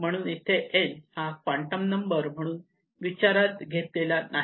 म्हणून इथे n हा क्वांटम नंबर म्हणून विचारात घेतलेला नाही